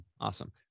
Awesome